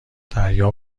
دریا